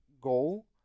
goal